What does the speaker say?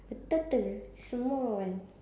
the turtle small one